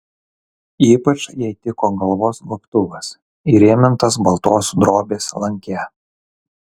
ypač jai tiko galvos gobtuvas įrėmintas baltos drobės lanke